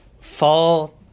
fall